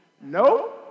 No